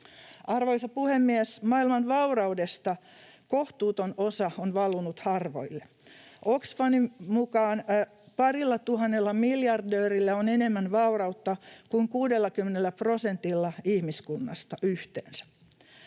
Arvoisa puhemies! Maailman vauraudesta kohtuuton osa on valunut harvoille. Oxfamin mukaan parillatuhannella miljardöörillä on enemmän vaurautta kuin 60 prosentilla ihmiskunnasta yhteensä.